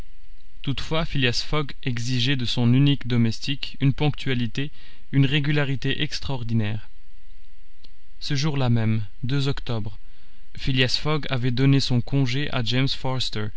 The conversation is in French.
toutefois phileas fogg exigeait de son unique domestique une ponctualité une régularité extraordinaires ce jour-là même octobre phileas fogg avait donné son congé à james